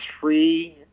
free